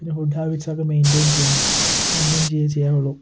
പിന്നെ ഫുഡ് ഹാബിറ്റ്സൊക്കെ മൈൻറ്റയിൻ ചെയ്യണം മൈൻറ്റയിൻ ചെയ്തേ ചെയ്യാവുള്ളു